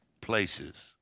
places